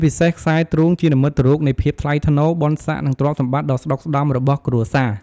ពិសេសខ្សែទ្រូងជានិមិត្តរូបនៃភាពថ្លៃថ្នូរ បុណ្យស័ក្តិ និងទ្រព្យសម្បត្តិដ៏ស្ដុកស្ដម្ភរបស់គ្រួសារ។